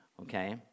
okay